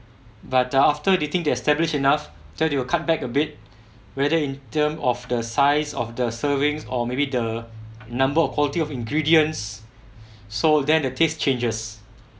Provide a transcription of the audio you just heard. but after they think they're established enough so they will cut back a bit whether in terms of the size of the servings or maybe the number of quality of ingredients so then the taste changes